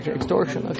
extortion